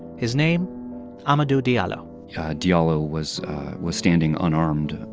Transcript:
his name amadou diallo yeah diallo was was standing unarmed